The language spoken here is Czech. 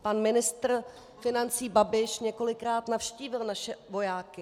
Pan ministr financí Babiš několikrát navštívil naše vojáky.